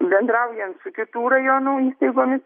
bendraujant su kitų rajonų įstaigomis